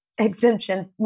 exemptions